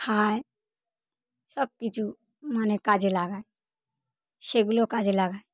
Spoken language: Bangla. খায় সব কিছু মানে কাজে লাগায় সেগুলো কাজে লাগায়